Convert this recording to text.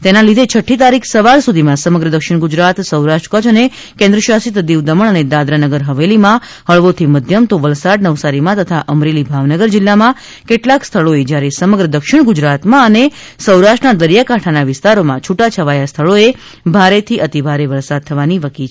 તેના લીધે છઠ્ઠી તારીખ સવાર સુધીમાં સમગ્ર દક્ષિણ ગુજરાત સૌરાષ્ટ્ર કચ્છ અને કેન્દ્ર શાસિત દીવ દમણ તથા દાદરાનગર હવેલીમાં હળવાથી મધ્યમ તો વલસાડ અને નવસારી જિલ્લામાં તથા અમરેલી અને ભાવનગર જિલ્લામાં કેટલાંક સ્થળોએ જ્યારે સમગ્ર દક્ષિણ ગુજરાતમાં અને સૌરાષ્ટ્રના દરિયાકાંઠાના વિસ્તારોમાં છૂટા છવાયાં સ્થળોએ ભારેથી અતિભારે વરસાદ થવાની વકી છે